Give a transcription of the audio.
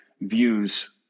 views